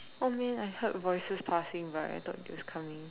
oh man I heard voices passing by I thought they was coming